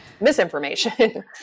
misinformation